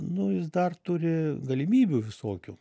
nu jis dar turi galimybių visokių